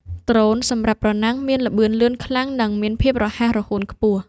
ដ្រូនសម្រាប់ប្រណាំង មានល្បឿនលឿនខ្លាំង និងមានភាពរហ័សរហួនខ្ពស់។